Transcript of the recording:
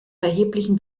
erheblichen